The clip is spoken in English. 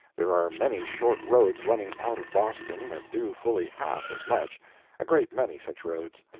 there are many short roads running out of boston that do fully half as much a great many such roads.